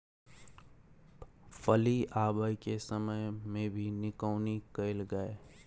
फली आबय के समय मे भी निकौनी कैल गाय?